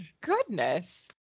goodness